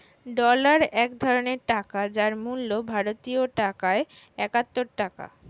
dollar এক ধরনের টাকা যার মূল্য ভারতীয় টাকায় একাত্তর টাকা